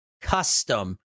custom